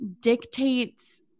dictates